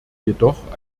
jedoch